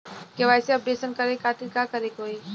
KYC update करे के खातिर का करे के होई?